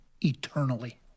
Eternally